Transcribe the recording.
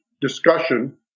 discussion